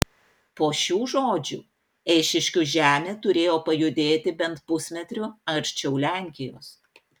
po šių žodžių eišiškių žemė turėjo pajudėti bent pusmetriu arčiau lenkijos